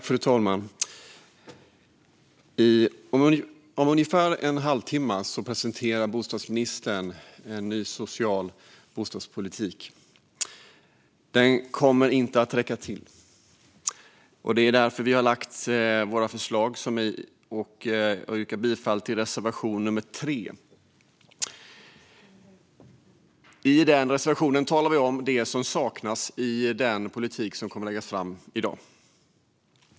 Fru talman! Om ungefär en halvtimme presenterar bostadsministern en ny social bostadspolitik. Den kommer inte att räcka till, och det är därför vi har lagt fram våra förslag - jag yrkar bifall till reservation nummer 3. I den reservationen talar vi om vad som saknas i den politik som kommer att läggas fram i dag.